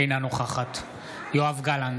אינה נוכחת יואב גלנט,